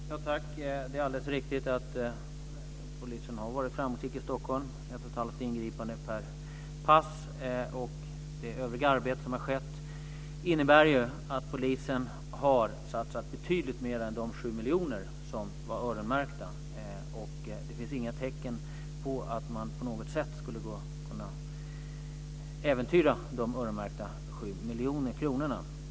Fru talman! Det är alldeles riktigt att polisen har varit framgångsrik i Stockholm, med ett och ett halvt ingripande per arbetspass och med det övriga arbete som har bedrivits. Det innebär att polisen har satsat betydligt mer än de 7 miljoner som öronmärkts för detta. Det finns inte heller några tecken på att de öronmärkta 7 miljoner kronorna på något sätt skulle äventyras.